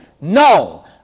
no